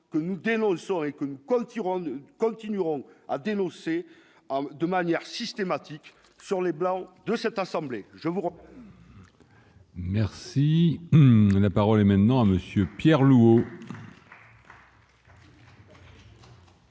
que nous dénonçons et que continuerons rendent continueront à dénoncer de manière systématique sur les blancs de cette assemblée,